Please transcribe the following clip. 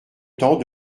temps